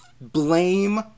blame